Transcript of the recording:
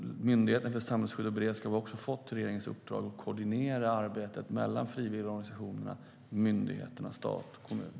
Myndigheten för samhällsskydd och beredskap har också fått regeringens uppdrag att koordinera arbetet mellan frivilligorganisationerna, myndigheterna, stat och kommuner.